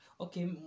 Okay